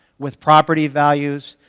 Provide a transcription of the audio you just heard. with property values,